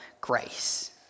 grace